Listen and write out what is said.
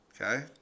Okay